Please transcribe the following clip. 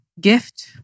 gift